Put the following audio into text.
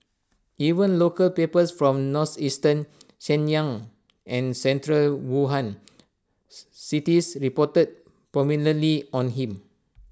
even local papers from northeastern Shenyang and central Wuhan C cities reported prominently on him